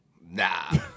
Nah